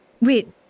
Wait